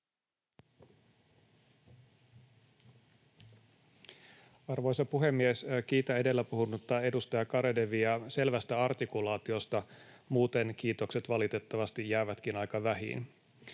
Arvoisa puhemies! Kiitän edellä puhunutta edustaja Garedewia selvästä artikulaatiosta. Muuten kiitokset valitettavasti jäävätkin aika vähiin.